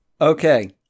Okay